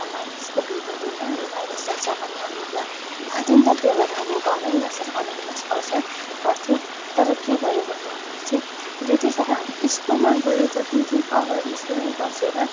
अब मानिसको भिडमा गयो भने अब होइन यो भाइरस सर्छ भन्ने हामीलाई थाहा थियो नि त त्यही भएर हामी घरमै बसेर अनलाइन क्लास गर्छ गर्थ्यो तर के भयो भन्दाखेरि चाहिँ र त्यसरी हामी स्कुलमा गएर जति जुन अगाडि स्कुलमै बसेर